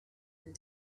and